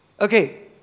Okay